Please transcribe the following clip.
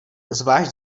zvlášť